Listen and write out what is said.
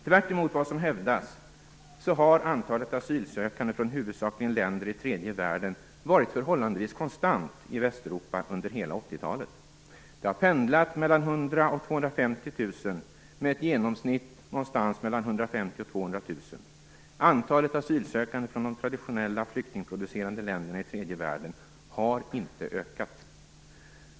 Tvärtemot vad som hävdas har antalet asylsökande från huvudsakligen länder i tredje världen varit förhållandevis konstant i Västeuropa under hela 80-talet. Det har pendlat mellan 100 000 och 150 000 och 200 000. Antalet asylsökande från de traditionella flyktingproducerande länderna i tredje världen har inte ökat.